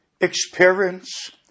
experience